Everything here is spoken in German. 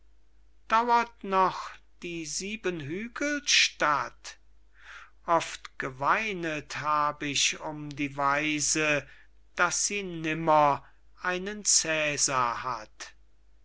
dauert noch die siebenhügelstadt oft geweinet hab ich um die waise daß sie nimmer einen cäsar hat